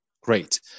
great